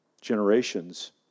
generations